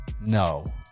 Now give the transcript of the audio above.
no